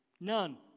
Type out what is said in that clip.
none